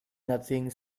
nothing